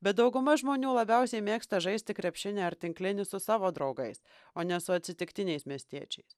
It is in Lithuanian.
bet dauguma žmonių labiausiai mėgsta žaisti krepšinį ar tinklinį su savo draugais o ne su atsitiktiniais miestiečiais